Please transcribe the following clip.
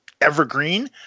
evergreen